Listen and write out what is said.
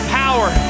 power